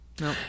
No